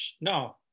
No